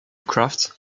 kraft